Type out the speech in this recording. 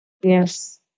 Yes